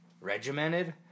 regimented